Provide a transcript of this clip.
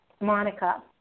Monica